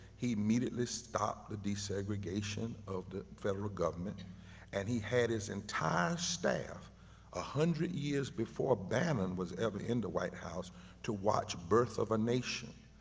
he immediately stopped the desegregation of the federal government and he had his entire staff one ah hundred years before bannon was ever in the white house to watch birth of a nation,